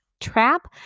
trap